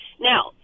Now